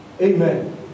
Amen